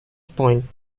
point